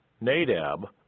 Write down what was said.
Nadab